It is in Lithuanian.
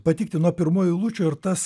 patikti nuo pirmųjų eilučių ir tas